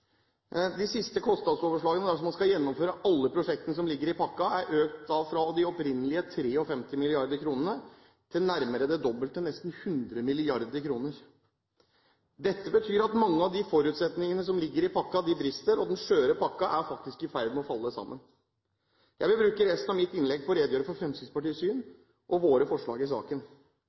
De siste kostnadsoverslagene, dersom man skal gjennomføre alle prosjektene som ligger i pakken, er økt fra de opprinnelige 53 mrd. kr til nærmere det dobbelte – nesten 100 mrd. kr. Dette betyr at mange av de forutsetningene som ligger i pakken, brister, og den skjøre pakken er i ferd med å falle sammen. Jeg vil bruke resten av mitt innlegg til å redegjøre for Fremskrittspartiets syn og våre forslag i saken.